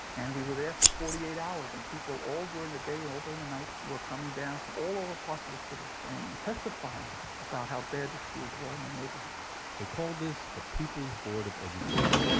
and we were there for forty eight hours. and people all during the day, all during the night were coming down from all over parts of the city and testifying about how bad the schools were in their neighborhoods they called this the people's board of education.